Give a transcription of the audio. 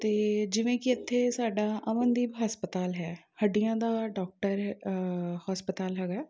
ਅਤੇ ਜਿਵੇਂ ਕਿ ਇੱਥੇ ਸਾਡਾ ਅਮਨਦੀਪ ਹਸਪਤਾਲ ਹੈ ਹੱਡੀਆਂ ਦਾ ਡੋਕਟਰ ਹੈ ਹਸਪਤਾਲ ਹੈਗਾ